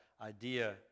idea